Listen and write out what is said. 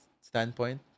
standpoint